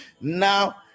Now